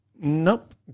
Nope